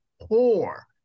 poor